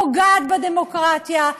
פוגעת בדמוקרטיה,